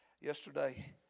yesterday